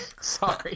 sorry